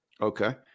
Okay